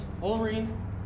Wolverine